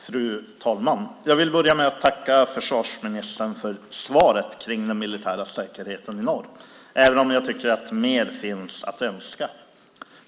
Fru talman! Jag vill börja med att tacka försvarsministern för svaret kring den militära säkerheten i norr, även om jag tycker att mer finns att önska.